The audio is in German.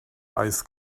eis